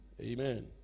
Amen